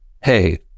Hey